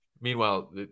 Meanwhile